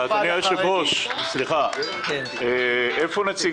אדוני היושב-ראש, סליחה, איפה נציג